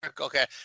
okay